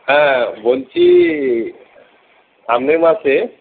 হ্যাঁ বলছি সামনের মাসে